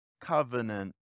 covenant